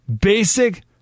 basic